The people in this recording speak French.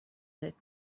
net